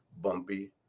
bumpy